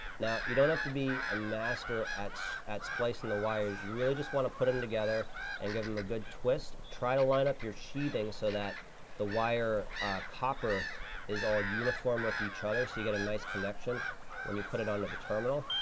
now, you don't have to be master at at splicing the wires. you really just want to put them together and give them a good twist. try to line up your sheathing so that the wire copper is all uniform with each other so you get a nice connection when you put it onto the terminal.